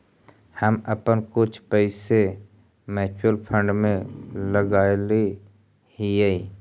हम अपन कुछ पैसे म्यूचुअल फंड में लगायले हियई